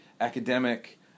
academic